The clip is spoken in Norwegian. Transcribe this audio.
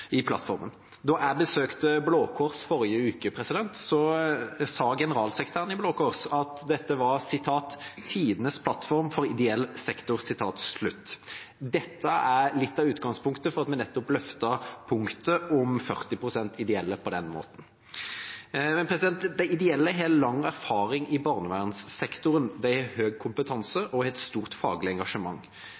plattformen. Da jeg besøkte Blå Kors i forrige uke, sa generalsekretæren at dette var tidenes plattform for ideell sektor. Dette er litt av utgangspunktet for at vi løftet punktet om 40 pst. ideelle på den måten. De ideelle har lang erfaring i barnevernssektoren. De har høy kompetanse og har et stort faglig engasjement.